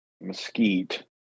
Mesquite